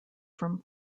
from